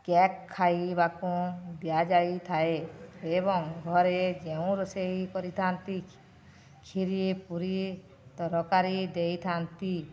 cake ଖାଇବାକୁଁ ଦିଆଯାଇଥାଏ ଏବଂ ଘରେ ଯେଉଁ ରୋଷେଇ କରିଥାନ୍ତି କ୍ଷୀରି ପୁରୀ ତରକାରୀ ଦେଇଥାନ୍ତି